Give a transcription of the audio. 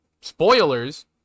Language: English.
spoilers